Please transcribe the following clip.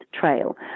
trail